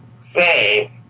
say